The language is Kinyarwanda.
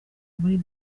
muri